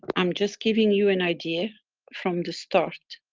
i'm just giving you an idea from the start,